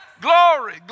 glory